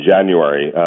January